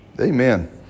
Amen